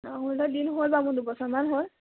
অঁ মোৰ লোৱা দিন হ'ল বাৰু মোৰ দুবছৰমান হ'ল